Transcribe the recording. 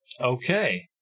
Okay